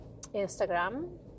instagram